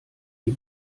die